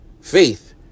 faith